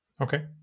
okay